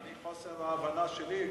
חוסר ההבנה שלי,